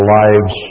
lives